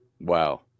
Wow